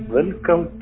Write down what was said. Welcome